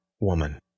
woman